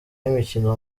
y’imikino